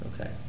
Okay